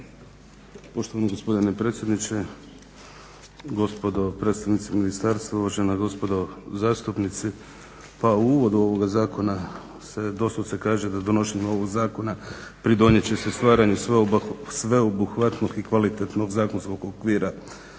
Poštovani gospodine predsjedniče, gospodo predstavnici ministarstva, uvažena gospodo zastupnici. U uvodu ovoga zakona se doslovce kaže da donošenjem ovog zakona pridonijet će se stvaranju sveobuhvatnog i kvalitetnog zakonskog okvira